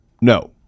no